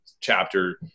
chapter